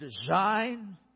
design